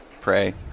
pray